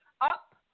up